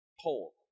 poll